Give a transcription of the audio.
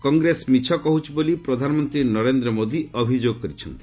କଂଗ୍ରେସ ମିଛ କହୁଛି ବୋଲି ପ୍ରଧାନମନ୍ତ୍ରୀ ନରେନ୍ଦ୍ର ମୋଦି ଅଭିଯୋଗ କରିଛନ୍ତି